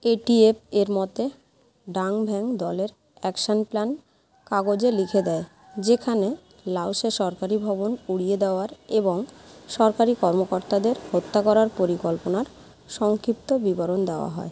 এটিএফের মতে Dang Vang দলের action plan কাগজে লিখে দেয় যেখানে লাওসে সরকারি ভবন উড়িয়ে দেওয়ার এবং সরকারি কর্মকর্তাদের হত্যা করার পরিকল্পনার সংক্ষিপ্ত বিবরণ দেওয়া হয়